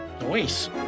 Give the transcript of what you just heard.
Nice